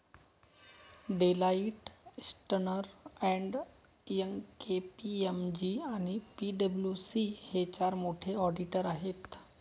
Deloitte, अस्न्टर and Young, KPMG आणि पी.डब्ल्यू.सी हे चार मोठे ऑडिटर आहेत